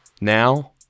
Now